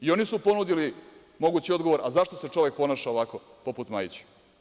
I, oni su ponudili mogući odgovor – zašto se čovek ponaša ovako, poput Majića.